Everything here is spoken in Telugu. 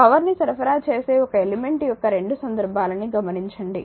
పవర్ ని సరఫరా చేసే ఒక ఎలిమెంట్ యొక్క 2 సందర్భాలని గమనించండి